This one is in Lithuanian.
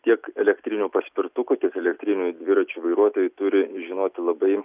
tiek elektrinių paspirtukų tiek elektrinių dviračių vairuotojai turi žinoti labai